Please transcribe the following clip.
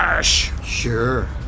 Sure